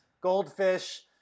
goldfish